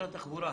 משרד התחבורה,